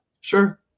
Sure